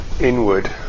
inward